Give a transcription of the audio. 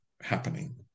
happening